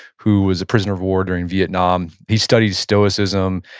who was a prisoner of war during vietnam. he studied stoicism,